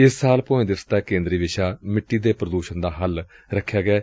ਇਸ ਸਾਲ ਭੋਇੰ ਦਿਵਸ ਦਾ ਕੇਂਦਰੀ ਵਿਸ਼ਾ ਮਿੱਟੀ ਦੇ ਪ੍ਰਦੂਸ਼ਣ ਦਾ ਹੱਲ ਰੱਖਿਆ ਗਿਐ